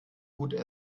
gut